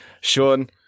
Sean